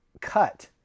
cut